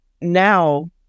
now